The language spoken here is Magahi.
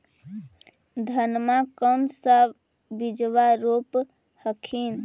धनमा कौन सा बिजबा रोप हखिन?